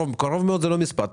קרוב מאוד זה לא מספר.